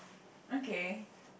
okay